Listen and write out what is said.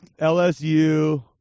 LSU